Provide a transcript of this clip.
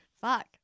Fuck